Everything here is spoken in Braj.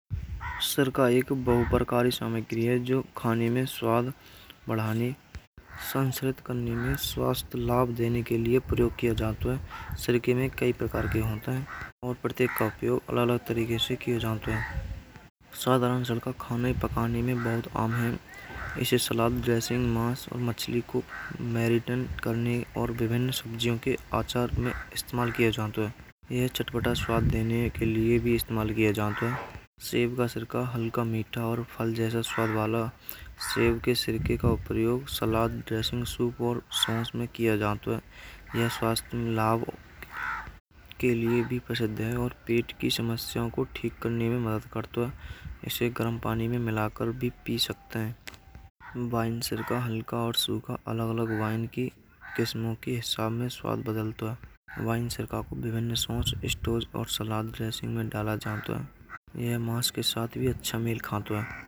सिरका एक बहु प्रकार सामग्री है। जो खाने में स्वाद बढ़ाएं संस्कृत करने में स्वास्थ्य लाभ देने के लिए प्रयोग किया जातो है। सिरका में कई प्रकार के होते हैं। और प्रतीक का उपाय अलग-अलग तरीक़े से किए जातो हैं। साधारण सिरका खाने पकाने में बहुत आम है। इसे सलाद जैसे मांस और मछली को मरीटन करने और विभिन्न सब्जियों के अचार में इस्तेमाल कियो जात है। यह चटपटा स्वाद देने के लिए भी इस्तेमाल कियो जावत है। सेब का सिरका हलका मीठा और फल जैसा स्वाद वाला होते है। सेब के सिरके का उपयोग सलाद ड्रेसिंग सूप और सॉस में कियो जातो है। यह स्वास्थ्य लाभ के लिए भी प्रसिद्ध है। और पेट की समस्याओं को ठीक करने में मदद करतो है। इसे गरम पानी में मिला कर भी पी सकता है। वाइन सिरका: हलका और सूखा अलग-अलग वाइन की किस्मों के स्वाद बदलतो है।